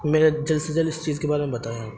میرا جلد سے جلد اس چیز کے بارے میں بتائیں آپ